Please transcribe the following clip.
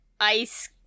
ice